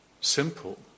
simple